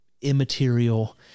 immaterial